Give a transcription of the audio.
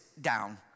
down